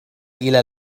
إلى